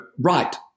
right